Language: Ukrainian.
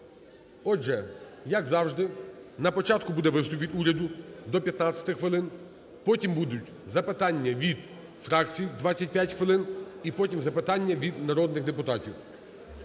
Отже, як завжди, на початку буде виступ від уряду – до 15 хвилин, потім будуть запитання від фракцій – 25 хвилин і потім запитання від народних депутатів.